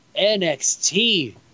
NXT